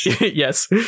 Yes